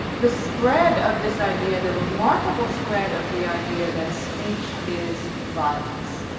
the spread of this idea, the remarkable spread of the idea that speech is violence.